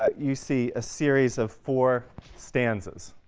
ah you see a series of four stanzas,